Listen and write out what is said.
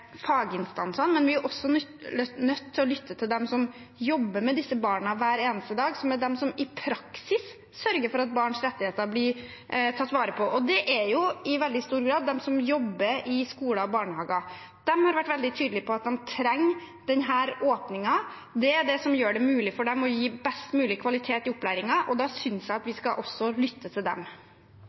faginstansene. Vi er også nødt til å lytte til dem som jobber med disse barna hver eneste dag, til dem som i praksis sørger for at barns rettigheter blir tatt vare på. Det er jo i veldig stor grad de som jobber i skoler og barnehager. De har vært veldig tydelige på at de trenger denne åpningen. Det er det som gjør det mulig for dem å gi best mulig kvalitet i opplæringen. Da synes jeg at vi også skal lytte til dem.